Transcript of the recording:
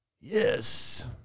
Yes